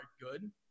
good